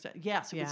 Yes